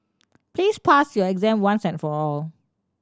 please pass your exam once and for all